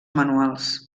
manuals